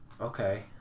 Okay